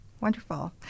Wonderful